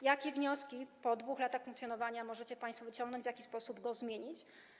Jakie wnioski po 2 latach funkcjonowania możecie państwo wyciągnąć, w jaki sposób go zmienić?